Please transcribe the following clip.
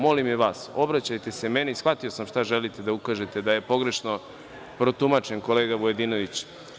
Molim i vas, obraćajte se meni, shvatio sam šta želite da ukažete, da je pogrešno protumačen kolega Vujadinović.